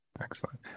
Excellent